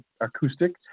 acoustic